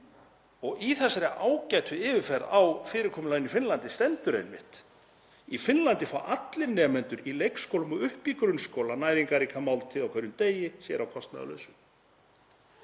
og í þessari ágætu yfirferð á fyrirkomulaginu í Finnlandi stendur einmitt: „Í Finnlandi fá allir nemendur frá leikskólum og upp í framhaldsskóla næringarríka máltíð á hverjum degi, sér að kostnaðarlausu.“